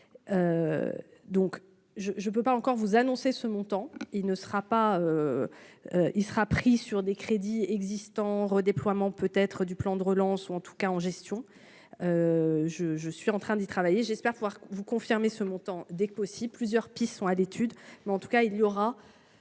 donc je je peux pas encore vous annoncer ce montant, il ne sera pas, il sera pris sur des crédits existants redéploiement peut être du plan de relance ou en tout cas en gestion, je, je suis en train d'y travailler, j'espère pouvoir vous confirmer ce montant dès que possible, plusieurs pistes sont à l'étude, mais en tout cas, il y aura